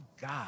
God